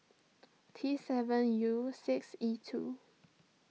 T seven U six E two